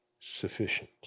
sufficient